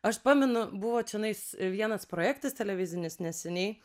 aš pamenu buvo čionais vienas projektas televizinis neseniai